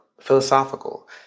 philosophical